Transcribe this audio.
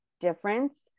difference